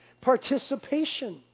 Participation